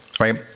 Right